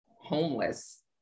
homeless